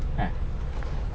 ah